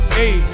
hey